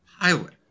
pilot